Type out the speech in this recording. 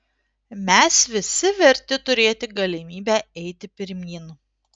mes visi verti turėti galimybę eiti pirmyn